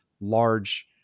large